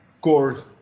core